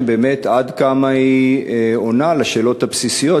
באמת עד כמה היא עונה על השאלות הבסיסיות?